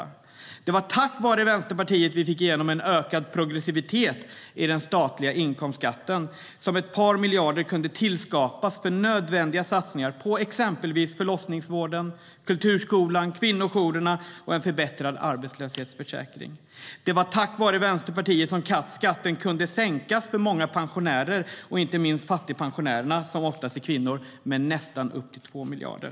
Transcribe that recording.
Det var tack vare Vänsterpartiet vi fick igenom en ökad progressivitet i den statliga inkomstskatten, så att ett par miljarder kunde skapas för nödvändiga satsningar på exempelvis förlossningsvården, Kulturskolan, kvinnojourerna och en förbättrad arbetslöshetsförsäkring. Det var tack vare Vänsterpartiet skatten kunde sänkas för många pensionärer - inte minst fattigpensionärerna, som oftast är kvinnor - med nästan 2 miljarder.